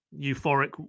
euphoric